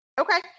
Okay